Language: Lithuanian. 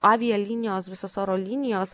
avialinijos visos oro linijos